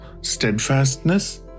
steadfastness